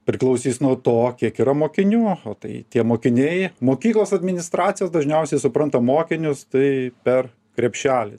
priklausys nuo to kiek yra mokinių o tai tie mokiniai mokyklos administracijos dažniausiai supranta mokinius tai per krepšelį